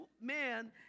man